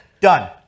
Done